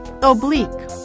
oblique